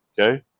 Okay